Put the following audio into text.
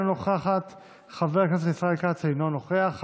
אינה נוכחת,